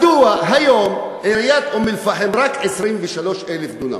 מדוע היום לעיריית אום-אלפחם יש רק 23,000 דונם?